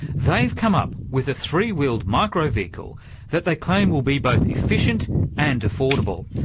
they've come up with a three-wheeled micro-vehicle that they claim will be both efficient and affordable.